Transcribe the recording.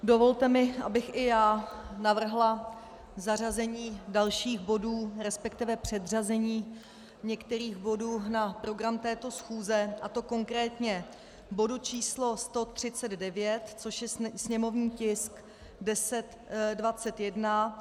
Dovolte mi, abych i já navrhla zařazení dalších bodů, resp. předřazení některých bodů na program této schůze, a to konkrétně bodu č. 139, což je sněmovní tisk 1021.